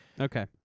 Okay